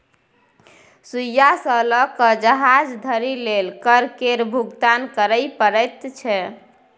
सुइया सँ लए कए जहाज धरि लेल कर केर भुगतान करय परैत छै